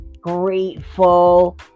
grateful